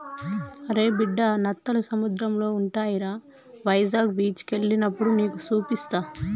అరే బిడ్డా నత్తలు సముద్రంలో ఉంటాయిరా వైజాగ్ బీచికి ఎల్లినప్పుడు నీకు సూపిస్తా